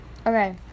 Okay